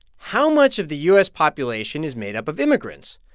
how much of the u s. population is made up of immigrants?